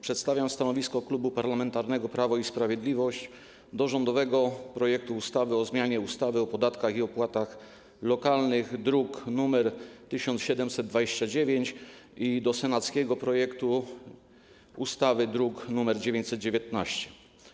Przedstawiam stanowisko Klubu Parlamentarnego Prawo i Sprawiedliwość wobec rządowego projektu ustawy o zmianie ustawy o podatkach i opłatach lokalnych, druk nr 1729, i wobec senackiego projektu ustawy, druk nr 919.